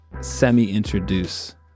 semi-introduce